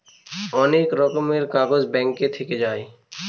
অনেক রকমের কাগজ ব্যাঙ্ক থাকে পাই